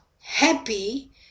happy